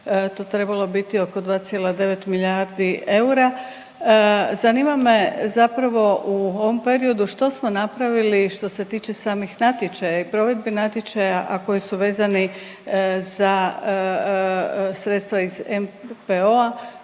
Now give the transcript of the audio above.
to trebalo biti oko 2,9 milijardi eura. Zanima me zapravo u ovom periodu što smo napravili što se tiče samih natječaja i provedbi natječaja, a koji su vezani za sredstva iz NPO-a,